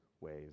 ways